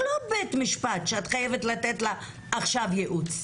אנחנו לא בבית משפט שאת חייבת לתת לה עכשיו ייעוץ.